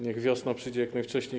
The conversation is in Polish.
Niech wiosna przyjdzie jak najwcześniej.